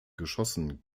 geschossen